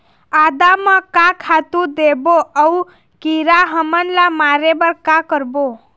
आदा म का खातू देबो अऊ कीरा हमन ला मारे बर का करबो?